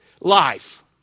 life